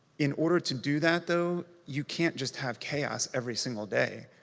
in order to do that, though, you can't just have chaos every single day.